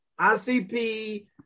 ICP